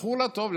זכור לטוב.